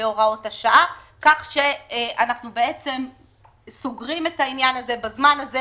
שבהוראות השעה כך שאנחנו בעצם סוגרים את העניין הזה בזמן הזה,